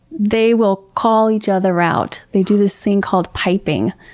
they will call each other out. they do this thing called piping.